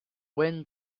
wind